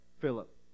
Philip